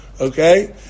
okay